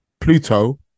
Pluto